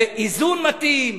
באיזון מתאים,